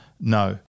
No